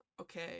Okay